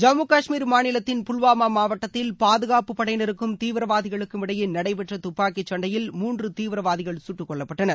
ஜம்மு காஷ்மீர் மாநிலத்தின் புல்வாமா மாவட்டத்தில் பாதுகாப்பு படையினருக்கும் தீவிரவாதிகளுக்கும் இடையே நடைபெற்ற துப்பாக்கிச் சண்டையில் மூன்று தீவிரவாதிகள் சுட்டுக்கொல்லப்பட்டனர்